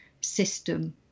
system